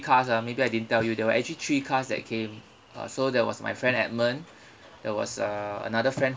cars ah maybe I didn't tell you there were actually three cars that came uh so there was my friend edmund there was uh another friend